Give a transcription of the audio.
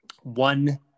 one